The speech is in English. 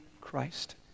Christ